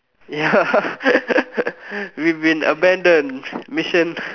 ya we've been abandoned mission